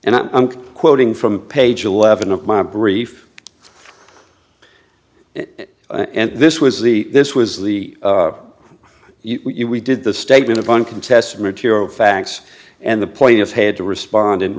and i'm quoting from page eleven of my brief and this was the this was the year we did the statement of uncontested material facts and the point of had to respond and